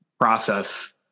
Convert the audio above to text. process